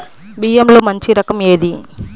బియ్యంలో మంచి రకం ఏది?